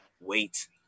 wait